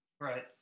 Right